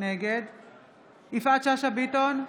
נגד יפעת שאשא ביטון,